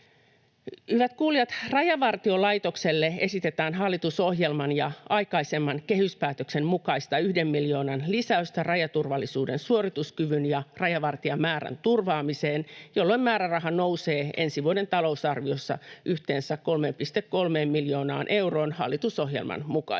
Hyvät kuulijat! Rajavartiolaitokselle esitetään hallitusohjelman ja aikaisemman kehyspäätöksen mukaista 1 miljoonan lisäystä rajaturvallisuuden suorituskyvyn ja rajavartijamäärän turvaamiseen, jolloin määräraha nousee ensi vuoden talousarviossa yhteensä 3,3 miljoonaan euroon hallitusohjelman mukaisesti.